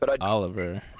Oliver